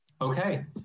Okay